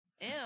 Ew